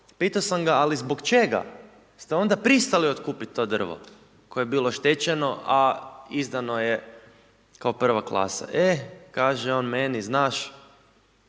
pitao sam ali zbog čega ste onda pristali otkupiti to drvo koje je bilo oštećeno a izdano kao I. klasa. E, kaže on meni znaš,